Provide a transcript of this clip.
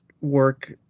work